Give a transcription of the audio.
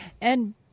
And-